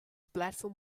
platform